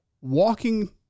walking